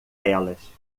elas